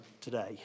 today